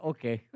Okay